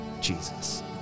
Jesus